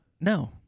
No